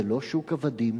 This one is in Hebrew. זה לא שוק עבדים,